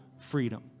freedom